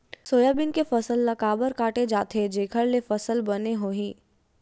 Soybean के फसल ल काबर काटे जाथे जेखर ले फसल बने होही?